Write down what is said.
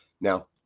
Now